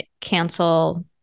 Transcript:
cancel